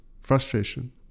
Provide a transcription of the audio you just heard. frustration